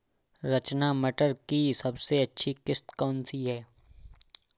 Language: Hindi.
रचना मटर की सबसे अच्छी किश्त कौन सी है?